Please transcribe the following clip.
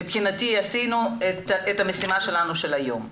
מבחינתי עשינו את המשימה שלנו של היום.